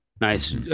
Nice